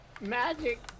Magic